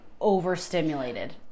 overstimulated